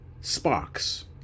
sparks